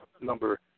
number